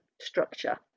structure